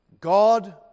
God